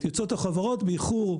יוצאות החוברות באיחור,